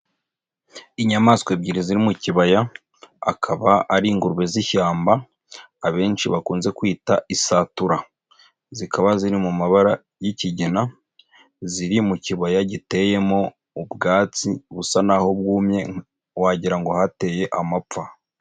Inyamaswa ebyiri ziri mu kibaya, akaba ari ingurube z'ishyamba, abenshi bakunze kwita isatura. Zikaba ziri mu mabara y'ikigina, ziri mu kibaya giteyemo ubwatsi, busa naho bwumye wagira ngo hateye amapfa.